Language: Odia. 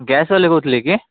ଗ୍ୟାସ୍ ବାଲା କହୁଥିଲେ କି